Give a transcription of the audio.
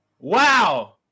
Wow